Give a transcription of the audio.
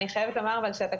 אבל אני חייבת לומר שהתקנות,